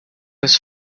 was